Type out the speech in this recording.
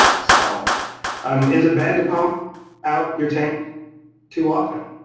so um is it bad to pump out your tank too often?